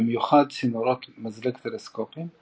במיוחד צינורות מזלג טלסקופיים,